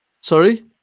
sorry